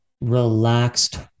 relaxed